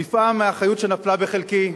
נפעם מהאחריות שנפלה בחלקי,